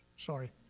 Sorry